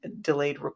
delayed